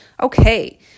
Okay